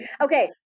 Okay